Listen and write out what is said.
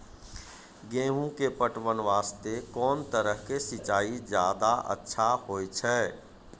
गेहूँ के पटवन वास्ते कोंन तरह के सिंचाई ज्यादा अच्छा होय छै?